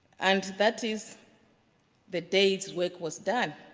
and that is the dates work was done,